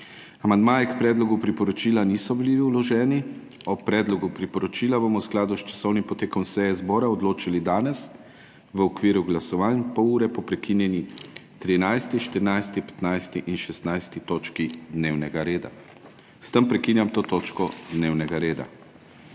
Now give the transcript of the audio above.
Amandmaji k predlogu priporočila niso bili vloženi. O predlogu priporočila bomo v skladu s časovnim potekom seje zbora odločali danes v okviru glasovanj, pol ure po prekinjenih 13. 14. 15. in 16. točki dnevnega reda. S tem prekinjam to točko dnevnega reda.